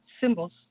symbols